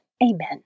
Amen